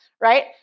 right